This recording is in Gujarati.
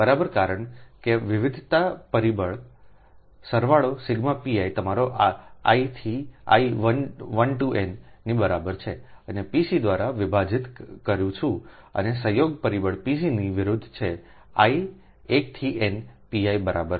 બરાબર કારણ કે વિવિધતા પરિબળ સમયનો સંદર્ભ 0712 સરવાળો Σ pi તમારો I 1 થી n ની બરાબર છે અને Pc દ્વારા વિભાજિત કરું છું અને સંયોગ પરિબળ Pc ની વિરુદ્ધ છે I 1 થી n Pi બરાબર છે